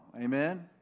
Amen